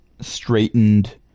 straightened